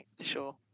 sure